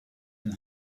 and